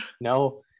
No